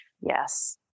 yes